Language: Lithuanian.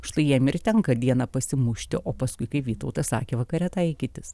štai jiem ir tenka dieną pasimušti o paskui kaip vytautas sakė vakare taikytis